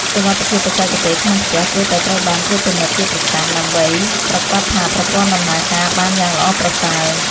សុវត្ថិភាពបច្ចេកទេសក្នុងផ្ទះគួរតែត្រូវបានត្រួតពិនិត្យជាប្រចាំ ដើម្បីប្រាកដថាប្រព័ន្ធដំណើរការបានយ៉ាងល្អប្រសើរ។